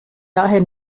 daher